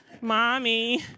Mommy